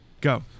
Go